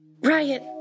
Riot